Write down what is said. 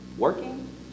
Working